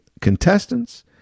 contestants